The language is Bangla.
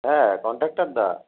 হ্যাঁ কন্ডাক্টরদা